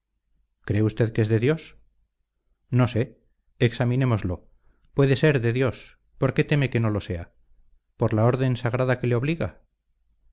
cree usted que es de dios no sé examinémoslo puede ser de dios por qué teme que no lo sea por la orden sagrada que le obliga